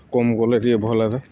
କମ୍ ଟିକେ ଭଲ୍ ହେତା